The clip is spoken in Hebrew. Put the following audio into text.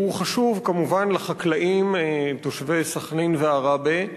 הוא חשוב כמובן לחקלאים תושבי סח'נין ועראבה.